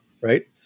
right